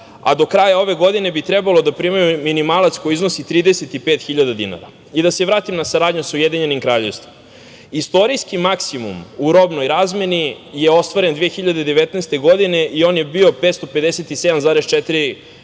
a do kraja ove godine bi trebalo da primaju minimalac koji iznosi 35 hiljada dinara.I da se vratim na saradnju sa Ujedinjenim Kraljevstvom. Istorijski maksimum u robnoj razmeni je ostvaren 2019. godine i on je bio 557,4